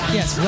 Yes